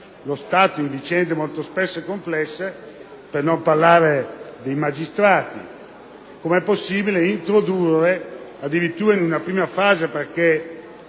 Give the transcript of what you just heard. lo Stato in vicende molto spesso complesse, per non parlare dei magistrati). Com'è possibile introdurre tale norma addirittura in una prima fase? Ne